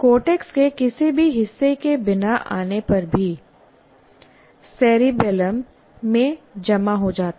cortex के किसी भी हिस्से के बिना आने पर भी सेरिबैलम में जमा हो जाता है